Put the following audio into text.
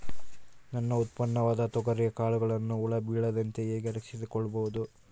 ನನ್ನ ಉತ್ಪನ್ನವಾದ ತೊಗರಿಯ ಕಾಳುಗಳನ್ನು ಹುಳ ಬೇಳದಂತೆ ಹೇಗೆ ರಕ್ಷಿಸಿಕೊಳ್ಳಬಹುದು?